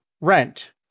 Rent